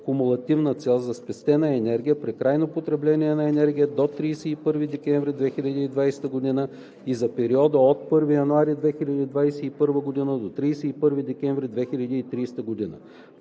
кумулативна цел за спестена енергия при крайното потребление на енергия до 31 декември 2020 г. и за периода от 1 януари 2021 до 31 декември 2030 г.; 2.